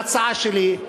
ההצעה שלי,